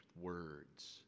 words